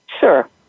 Sure